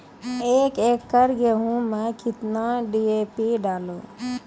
एक एकरऽ गेहूँ मैं कितना डी.ए.पी डालो?